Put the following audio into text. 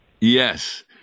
Yes